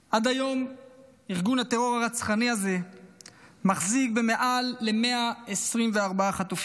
עד היום ארגון הטרור הרצחני הזה מחזיק במעל ל-124 חטופים,